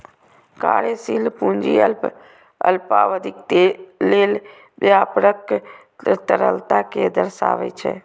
कार्यशील पूंजी अल्पावधिक लेल व्यापारक तरलता कें दर्शाबै छै